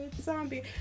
Zombie